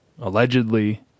allegedly